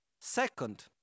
Second